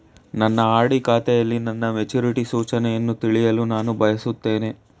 ನನ್ನ ಆರ್.ಡಿ ಖಾತೆಯಲ್ಲಿ ನನ್ನ ಮೆಚುರಿಟಿ ಸೂಚನೆಯನ್ನು ತಿಳಿಯಲು ನಾನು ಬಯಸುತ್ತೇನೆ